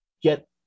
get